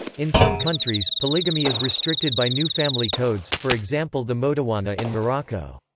in some countries, polygamy is restricted by new family codes, for example the moudawwana in morocco.